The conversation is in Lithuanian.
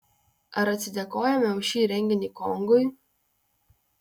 ar atsidėkojame už šį renginį kongui